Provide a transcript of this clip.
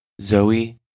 Zoe